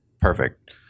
Perfect